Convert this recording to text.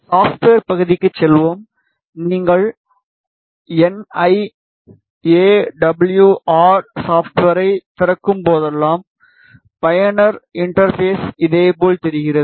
software பகுதிக்கு செல்வோம் நீங்கள் N I A W R சாப்ட்வேரைத் திறக்கும்போதெல்லாம் பயனர் இன்டெர்பேஸ் இதுபோல் தெரிகிறது